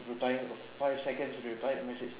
five or five seconds to reply the message